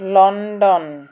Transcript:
London